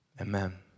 amen